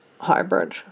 hybrid